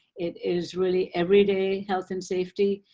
it is really everyday health and safety,